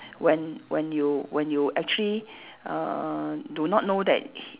when when you when you actually uh uh do not know that h~